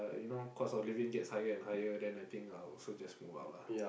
you know cause our living get higher and higher then I think I will just also just move out lah